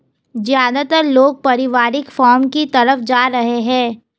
ज्यादातर लोग पारिवारिक फॉर्म की तरफ जा रहै है